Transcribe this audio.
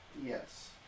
Yes